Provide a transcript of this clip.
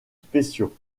spéciaux